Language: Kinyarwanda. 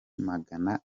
magana